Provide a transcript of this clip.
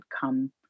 come